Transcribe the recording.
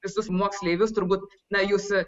visus moksleivius turbūt na jūs